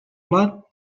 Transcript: blat